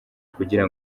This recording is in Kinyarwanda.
kugira